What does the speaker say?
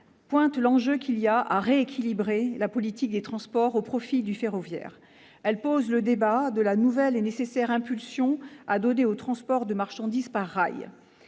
pointe l'enjeu du rééquilibrage de la politique des transports au profit du ferroviaire. Elle pose le débat de la nouvelle et nécessaire impulsion à donner au transport de marchandises par rail.